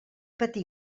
patir